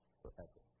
forever